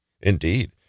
Indeed